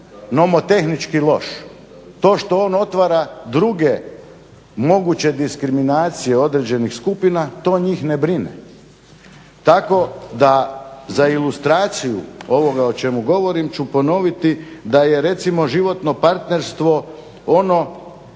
nomotehnički loš, to što on otvara druge moguće diskriminacije određenih skupina to njih ne brine. Tako da za ilustraciju ovoga o čemu govorim ću ponoviti da je recimo životno partnerstvo ono